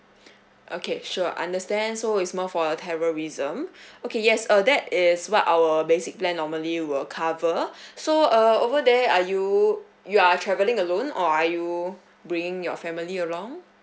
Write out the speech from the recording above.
okay sure understand so it's more for the terrorism okay yes uh that is what our basic plan normally will cover so uh over there are you you are travelling alone or are you bringing your family along